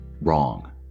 wrong